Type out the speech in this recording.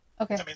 Okay